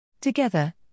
Together